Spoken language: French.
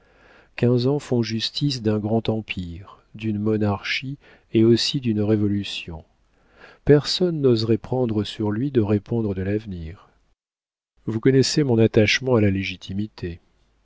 quinze ans font justice d'un grand empire d'une monarchie et aussi d'une révolution personne n'oserait prendre sur lui de répondre de l'avenir vous connaissez mon attachement à la légitimité